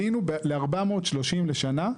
עלינו ל-430 לשנה,